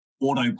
auto